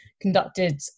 conducted